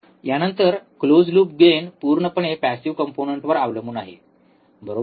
यानंतर closed loop gain पूर्णपणे passive कंपोनंन्टवर अवलंबून आहे बरोबर